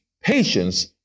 patience